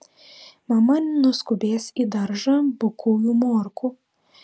mama nuskubės į daržą bukųjų morkų